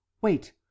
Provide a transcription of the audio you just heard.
Wait